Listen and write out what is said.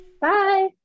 bye